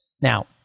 Now